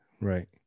Right